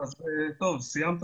זה